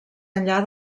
enllà